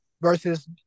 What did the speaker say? versus